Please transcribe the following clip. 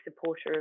supporter